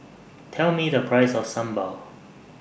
Tell Me The Price of Sambal